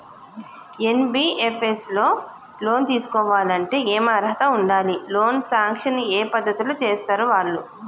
NBFS లో loan తీస్కోవాలంటే ఏం అర్హత ఉండాలి? లోన్ సాంక్షన్ ఏ పద్ధతి లో చేస్తరు వాళ్లు?